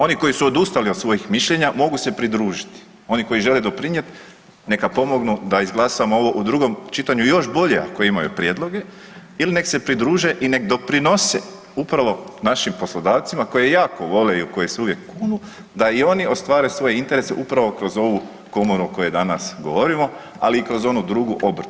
Oni koji su odustali od svojih mišljenja, mogu se pridružiti, oni koji žele doprinijeti, neka pomognu da izglasamo ovo u drugom čitanju još bolje, ako imaju prijedloge ili nek se pridruže i nek doprinose upravo našim poslodavcima koje jako vole i u koje se uvijek kunu, da i oni ostvare svoj interes upravo kroz ovu Komoru o kojoj danas govorimo, ali i kroz onu drugu, Obrtničku.